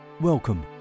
Welcome